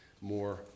more